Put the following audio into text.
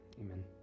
Amen